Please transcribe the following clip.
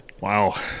Wow